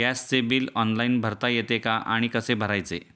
गॅसचे bill online भरता येते का आणि कसे भरायचे?